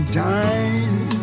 time